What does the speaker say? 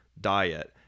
diet